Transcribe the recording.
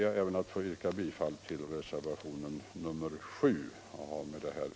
Jag ber att få yrka bifall även till reservationen 7.